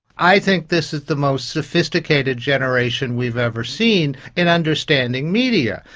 i think this is the most sophisticated generation we've ever seen in understanding media.